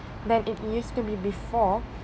than it used to be before